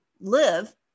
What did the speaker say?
live